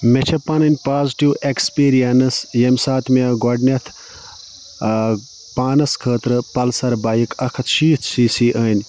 مےٚ چھِ پَنٕنۍ پازِٹِو اٮ۪کٕسپیٖرینَس ییٚمہِ ساتہٕ مےٚ گۄڈٕنٮ۪تھ پانَس خٲطرٕ پَلسَر بایِک اَکھ ہَتھ شیٖتھ سی سی أنۍ